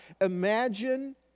Imagine